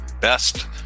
best